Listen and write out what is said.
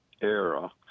era